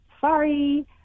sorry